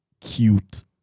cute